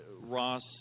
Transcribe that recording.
Ross